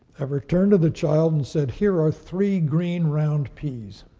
ever turned to the child and said, here are three green, round peas,